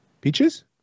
Peaches